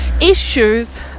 issues